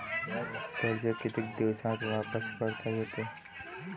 कर्ज कितीक दिवसात वापस करता येते?